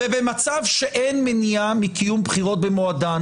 ובמצב שאין מניעה מקיום בחירות במועדן,